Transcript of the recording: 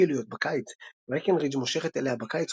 פעילויות בקיץ ברקנרידג' מושכת אליה בקיץ